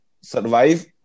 survive